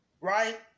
right